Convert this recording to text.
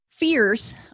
Fears